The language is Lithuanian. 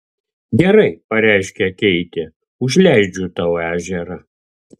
gerai pareiškė keitė užleidžiu tau ežerą